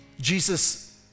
Jesus